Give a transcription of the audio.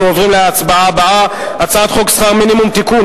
אנחנו עוברים להצבעה הבאה: הצעת חוק שכר מינימום (תיקון,